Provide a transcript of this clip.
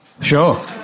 Sure